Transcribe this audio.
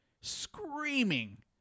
screaming